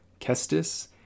Kestis